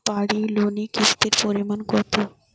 বাড়ি লোনে কিস্তির পরিমাণ কত?